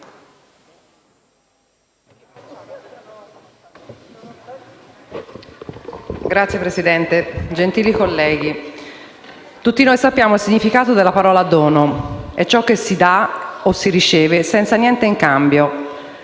(Misto-Idv). Gentili colleghi, tutti noi conosciamo il significato della parola «dono»: è ciò che si dà o si riceve senza niente in cambio.